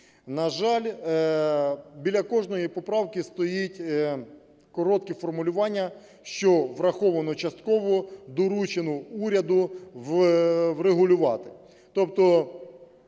На жаль, біля кожної поправки стоїть коротке формулювання, що враховано частково, доручено уряду врегулювати.